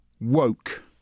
Woke